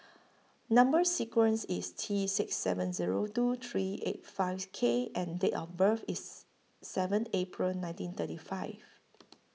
Number sequence IS T six seven Zero two three eight five K and Date of birth IS seven April nineteen thirty five